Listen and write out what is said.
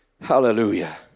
Hallelujah